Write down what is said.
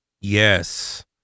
Yes